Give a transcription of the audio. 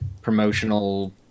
promotional